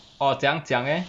orh 怎样讲 leh